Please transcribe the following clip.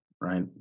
right